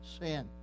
sin